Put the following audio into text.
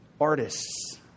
artists